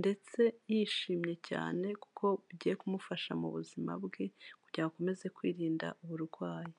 ndetse yishimye cyane kuko bigiye kumufasha mu buzima bwe, kugira akomeze kwirinda uburwayi.